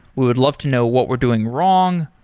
we would love to know what we're doing wrong,